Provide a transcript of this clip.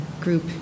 group